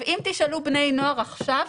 אם תשאלו בני נוער עכשיו,